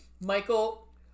Michael